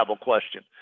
question